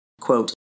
quote